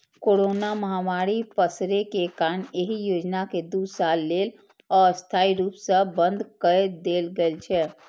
corona महामारी पसरै के कारण एहि योजना कें दू साल लेल अस्थायी रूप सं बंद कए देल गेल छै